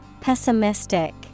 Pessimistic